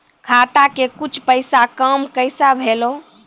खाता के कुछ पैसा काम कैसा भेलौ?